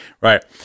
Right